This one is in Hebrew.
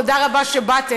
תודה רבה שבאתם,